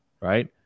right